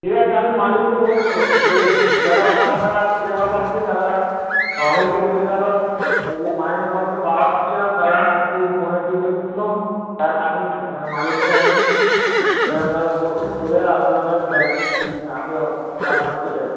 ঠিক আছে আমি মালিককে বলছি আমি যে যারা ওয়ার্কার আছে লেবারও আছে তারা অনেকই হয়ে গেলো যে মাইনে পত্র বাড়া হচ্ছে না তারা একটু মনের দিকে ক্ষুন্ন তা আমি মালিককে এরকমভাবে বলবো বলে আপনার কাছে আমি কারখানা চলেে আসছি